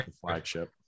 flagship